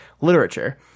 literature